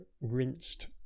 rinsed